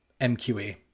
MQA